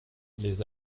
les